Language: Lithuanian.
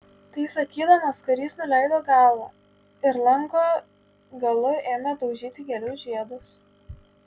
tai sakydamas karys nuleido galvą ir lanko galu ėmė daužyti gėlių žiedus